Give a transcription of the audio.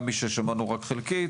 גם מי ששמענו רק חלקית.